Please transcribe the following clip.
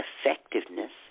effectiveness